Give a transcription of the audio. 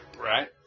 Right